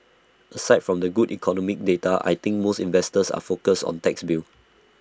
aside from the good economic data I think most investors are focused on the tax bill